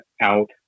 out